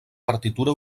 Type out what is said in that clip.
partitura